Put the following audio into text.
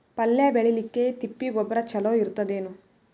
ಪಲ್ಯ ಬೇಳಿಲಿಕ್ಕೆ ತಿಪ್ಪಿ ಗೊಬ್ಬರ ಚಲೋ ಇರತದೇನು?